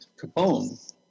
Capone